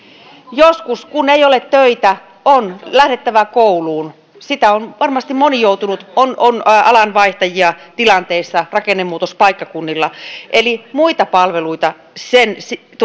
joskus kun ei ole töitä on lähdettävä kouluun sitä on varmasti moni joutunut tekemään on alanvaihtajia eri tilanteissa rakennemuutospaikkakunnilla eli on muita palveluita sen